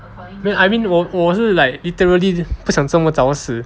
I mean 我我是 like literally 不想这么早死